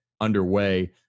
underway